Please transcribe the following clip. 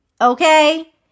Okay